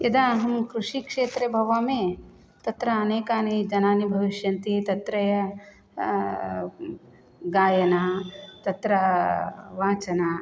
यदा अहं कृषिक्षेत्रे भवामि तत्र अनेके जनाः भविष्यन्ति तत्र गायनं तत्र वाञ्चनं